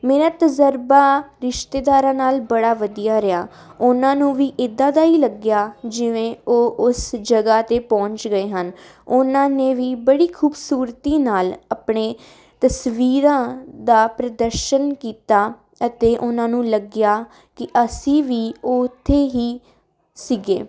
ਮੇਰਾ ਤਜ਼ਰਬਾ ਰਿਸ਼ਤੇਦਾਰਾਂ ਨਾਲ ਬੜਾ ਵਧੀਆ ਰਿਹਾ ਉਨ੍ਹਾਂ ਨੂੰ ਵੀ ਇੱਦਾਂ ਦਾ ਹੀ ਲੱਗਿਆ ਜਿਵੇਂ ਉਹ ਉਸ ਜਗ੍ਹਾ 'ਤੇ ਪਹੁੰਚ ਗਏ ਹਨ ਉਨ੍ਹਾਂ ਨੇ ਵੀ ਬੜੀ ਖੂਬਸੂਰਤੀ ਨਾਲ ਆਪਣੇ ਤਸਵੀਰਾਂ ਦਾ ਪ੍ਰਦਰਸ਼ਨ ਕੀਤਾ ਅਤੇ ਉਨ੍ਹਾਂ ਨੂੰ ਲੱਗਿਆ ਕਿ ਅਸੀਂ ਵੀ ਉੱਥੇ ਹੀ ਸੀਗੇ